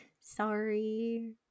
Sorry